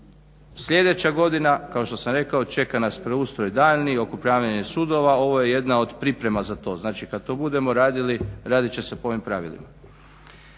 Sljedeća godina, kao što sam rekao, čeka nas preustroj daljnji oko upravljanja sudova. Ovo je jedna od priprema za to. Znači, kad to budemo radili radit će se po ovim pravilima.